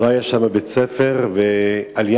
לא היה שם בית-ספר, ו"אליאנס"